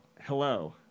Hello